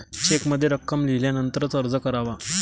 चेकमध्ये रक्कम लिहिल्यानंतरच अर्ज करावा